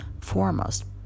foremost